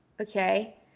okay